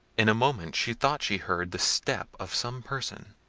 in a moment she thought she heard the step of some person.